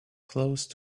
close